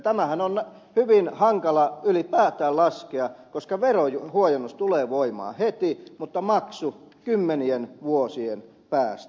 tämähän on hyvin hankala ylipäätään laskea koska veronhuojennus tulee voimaan heti mutta maksu kymmenien vuosien päästä